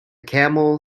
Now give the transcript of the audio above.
camel